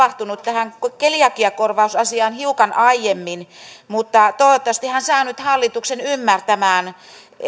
havahtunut tähän keliakiakorvausasiaan hiukan aiemmin mutta toivottavasti hän saa nyt hallituksen ymmärtämään